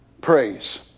praise